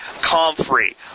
comfrey